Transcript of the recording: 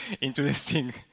interesting